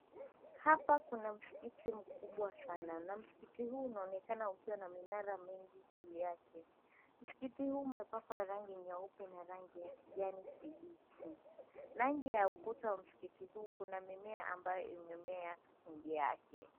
Hapa kuna msikiti mkubwa sana na msikiti huu unaonekana ukiwa minara mingi juu yake msikiti huu umepakwa rangi nyeupe na rangi ya kijani kibichi maji ya ukuta wa msikiti huu kuna mimea ambayo imemea peke yake.